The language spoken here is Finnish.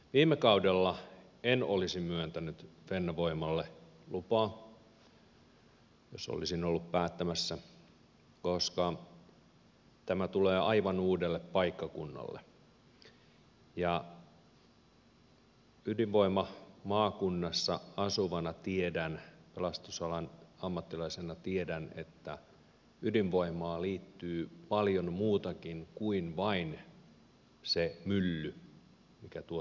viime kaudella en olisi myöntänyt fennovoimalle lupaa jos olisin ollut päättämässä koska tämä tulee aivan uudelle paikkakunnalle ja ydinvoimamaakunnassa asuvana ja pelastusalan ammattilaisena tiedän että ydinvoimaan liittyy paljon muutakin kuin vain se mylly mikä tuottaa sähköä